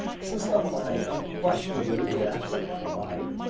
since the mind unquestionably reacts upon the body?